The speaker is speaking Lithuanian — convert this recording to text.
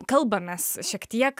kalbamės šiek tiek